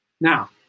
Now